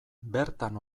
bertan